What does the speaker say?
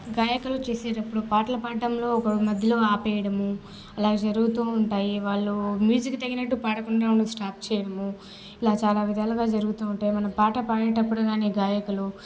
గాయకులు చేసేటప్పుడు పాటలు పాడటంలో ఒకరు మధ్యలో ఆపేయడమూ అలాగా జరుగుతూ ఉంటాయి వాళ్ళు మ్యూజిక్ తగినట్టు పాడకుండా ఉండి స్టాప్ చేయడమూ ఇలా చాలా విధాలుగా జరుగుతా ఉంటాయి మనం పాట పాడేటప్పుడు గాయకులు